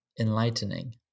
enlightening